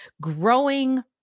growing